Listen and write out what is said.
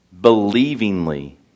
believingly